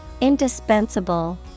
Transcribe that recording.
INDISPENSABLE